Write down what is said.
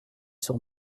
sur